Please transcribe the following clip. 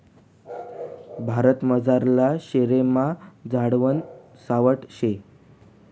भारतमझारला शेरेस्मा झाडवान सावठं शे